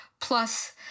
plus